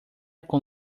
con